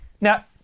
Now